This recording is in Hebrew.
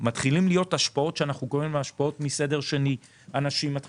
מתחילות להיות השפעות שאנחנו קוראים להן "השפעות מסדר שני",